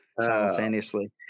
simultaneously